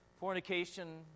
Fornication